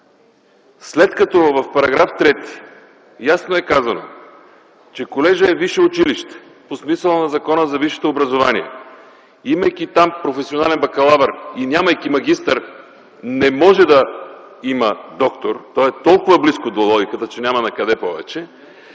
След като в § 3 ясно е казано, че колежът е висше училище по смисъла на Закона за висшето образование, имайки там професионален бакалавър и нямайки магистър, не може да има доктор. То е толкова близко до логиката, че няма накъде повече.